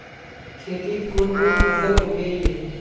खेतीत कुन कुन फसल उगेई?